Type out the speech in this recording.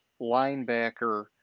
linebacker